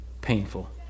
painful